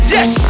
Yes